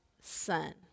son